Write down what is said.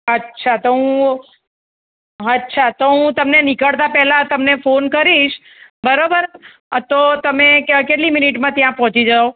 અચ્છા તો હું અચ્છા તો હું તમને નીકળતા પહેલાં તમને ફોન કરીશ બરાબર તો તમે કેટલી મિનિટમાં ત્યાં પહોંચી જાવ